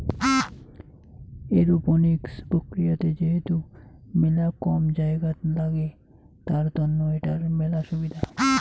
aeroponics প্রক্রিয়াতে যেহেতু মেলা কম জায়গাত লাগে, তার তন্ন এটার মেলা সুবিধা